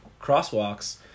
crosswalks